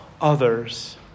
others